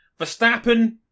Verstappen